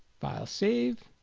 file save